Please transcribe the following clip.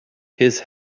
his